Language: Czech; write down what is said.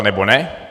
Nebo ne?